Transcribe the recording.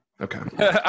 Okay